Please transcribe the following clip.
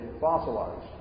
fossilized